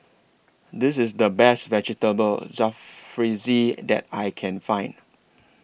This IS The Best Vegetable Jalfrezi that I Can Find